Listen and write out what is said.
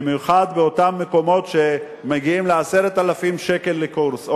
במיוחד באותם מקומות שמגיעים ל-10,000 שקל לקורס,